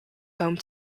home